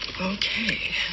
Okay